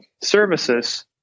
services